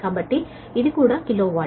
కాబట్టి ఇది కూడా కిలో వాట్